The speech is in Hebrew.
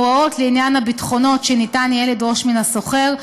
הוראות לעניין הביטחונות שניתן יהיה לדרוש מן השוכר,